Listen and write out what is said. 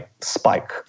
spike